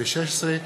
התשע"ו 2016,